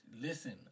listen